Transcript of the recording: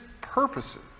purposes